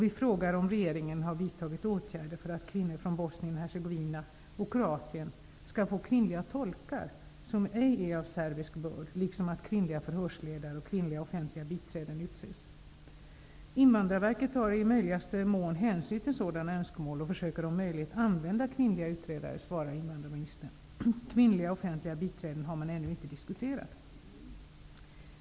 Vi frågar om regeringen har vidtagit åtgärder för att kvinnor från Bosnien-Hercegovina och Kroatien skall få kvinnliga tolkar, som ej är av serbisk börd, liksom att kvinnliga förhörsledare och kvinnliga offentliga biträden utses. Invandrarverket tar i möjligaste mån hänsyn till sådana önskemål och försöker om möjligt att använda kvinnliga utredare, svarar invandrarministern. Kvinnliga offentliga biträden har man ännu inte diskuterat.